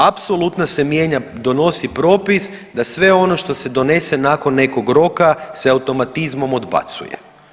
Apsolutno se mijenja, donosi propis da sve ono što se donese nakon nekog roka se automatizmom odbacuje.